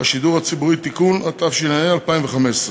השידור הציבורי (תיקון), התשע"ה 2015,